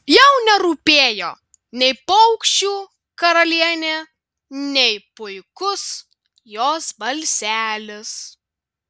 jau nerūpėjo nei paukščių karalienė nei puikus jos balselis